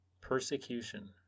Persecution